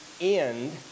end